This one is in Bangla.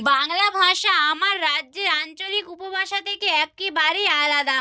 বাংলা ভাষা আমার রাজ্যের আঞ্চলিক উপভাষা থেকে একেবারে আলাদা